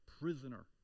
prisoner